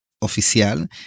oficial